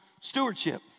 stewardship